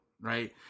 right